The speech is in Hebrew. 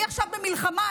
אני עכשיו במלחמה,